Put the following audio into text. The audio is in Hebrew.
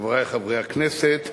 חברי חברי הכנסת,